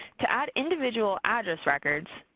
to add individual address records,